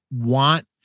want